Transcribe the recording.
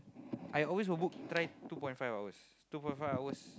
I always will book try two point five hours two point five hours